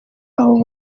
abo